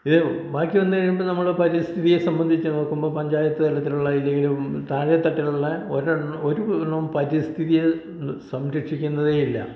ഇത് ബാക്കി വന്നു കഴിയുമ്പോൾ നമ്മൾ പരിസ്ഥിതിയെ സംബന്ധിച്ച് നോക്കുമ്പോൾ പഞ്ചായത്ത് തരത്തിലുള്ള അല്ലെങ്കി താഴേത്തട്ടിലുള്ള ഒരെൺ ഒരെണ്ണം പരിസ്ഥിതിയെ സംരക്ഷിക്കുന്നതേയില്ല